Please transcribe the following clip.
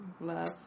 love